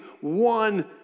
one